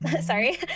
Sorry